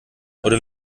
oder